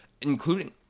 including